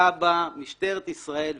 כב"א, משטרת ישראל ואחרים.